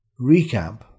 recap